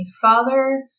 father